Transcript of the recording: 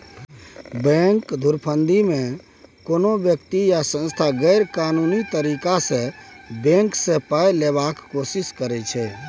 bank धुरफंदीमे कोनो बेकती या सँस्था गैरकानूनी तरीकासँ बैंक सँ पाइ लेबाक कोशिश करै छै